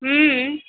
हुँ